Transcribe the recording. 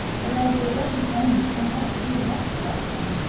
but as there wasn't any i had to do the next best thing.